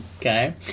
okay